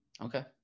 Okay